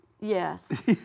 Yes